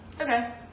Okay